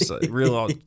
Real